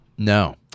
No